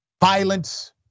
violence